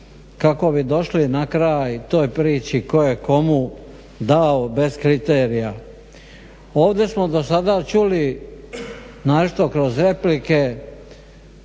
kako bi došli na kraj toj priči tko je kome dao bez kriterija. Ovdje smo dosada čuli, naročito kroz replike,